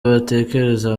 batekereza